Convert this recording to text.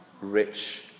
rich